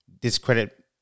discredit